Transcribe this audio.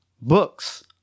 books